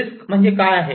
risk म्हणजे काय आहे